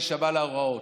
להישמע להוראות,